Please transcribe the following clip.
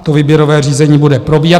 To výběrové řízení bude probíhat.